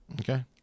Okay